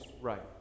right